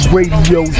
Radio